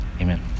amen